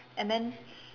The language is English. and then